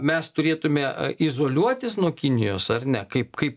mes turėtume izoliuotis nuo kinijos ar ne kaip kaip